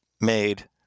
made